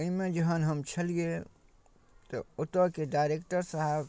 ओहिमे जहन हम छलिए तऽ ओतऽके डाइरेक्टर साहेब